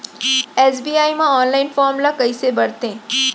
SBI म online form ल कइसे भरथे?